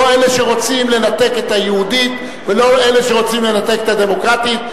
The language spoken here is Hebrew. לא אלה שרוצים לנתק את היהודית ולא אלה שרוצים לנתק את הדמוקרטית.